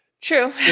true